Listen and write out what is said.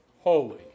holy